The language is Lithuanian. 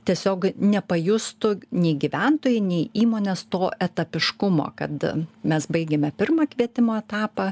tiesiog nepajustų nei gyventojai nei įmonės to etapiškumo kad mes baigėme pirmą kvietimo etapą